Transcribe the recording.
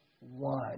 one